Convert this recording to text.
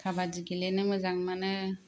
खाबादि गेलेनो मोजां मोनो